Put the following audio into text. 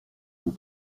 vous